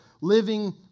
living